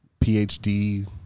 PhD